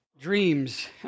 dreams